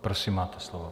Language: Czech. Prosím, máte slovo.